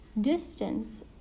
Distance